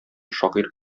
шагыйрь